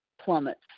plummets